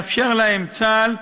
מאפשר להם צה״ל,